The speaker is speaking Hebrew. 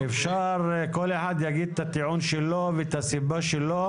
כל אחד יגיד את הטיעון שלו ואת הסיבה שלו,